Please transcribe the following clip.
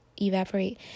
evaporate